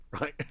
right